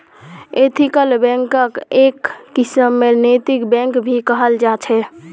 ethical बैंकक् एक किस्मेर नैतिक बैंक भी कहाल जा छे